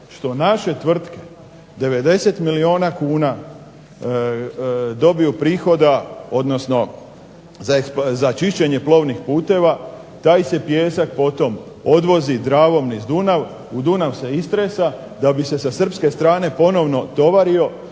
što naše tvrtke 90 milijuna kuna dobiju prihoda za čišćenje plovnih putova taj se pijesak potom odvozi Dravom niz Dunav, u Dunav se istresa da bi se sa srpske strane ponovno tovario